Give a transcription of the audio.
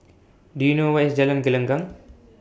Do YOU know Where IS Jalan Gelenggang